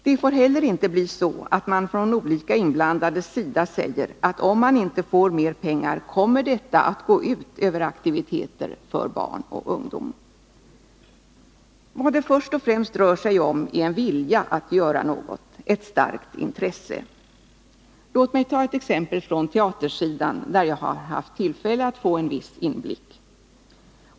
Det får heller inte bli så att man från olika inblandades sida säger att om man inte får mera pengar kommer detta att gå ut över aktiviteter för barn och ungdom. Vad det först och främst rör sig om är en vilja att göra något, ett starkt intresse. Låt mig ta ett exempel från teatersidan, där jag haft tillfälle att få en viss inblick.